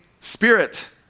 spirit